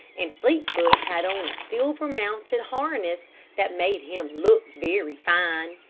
and fleetfoot had on a silver-mounted harness that made him look very fine.